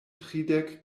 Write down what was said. tridek